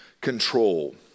control